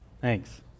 Thanks